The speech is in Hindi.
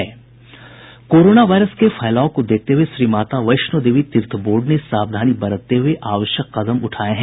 कोरोना वायरस के फैलाव को देखते हुए श्री माता वैष्णो देवी तीर्थ बोर्ड ने सावधानी बरतते हुए आवश्यक कदम उठाए हैं